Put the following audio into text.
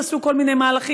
אפילו שעשו כל מיני מהלכים,